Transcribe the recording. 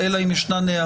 אלא אם יש הערות